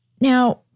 Now